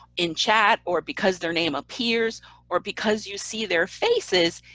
in chat, or because their name appears or because you see their faces,